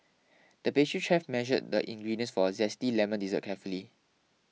the pastry chef measured the ingredients for a Zesty Lemon Dessert carefully